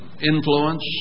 influence